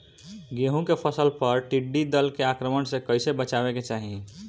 गेहुँ के फसल पर टिड्डी दल के आक्रमण से कईसे बचावे के चाही?